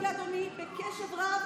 --- הקשבתי לאדוני בקשב רב